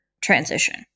transition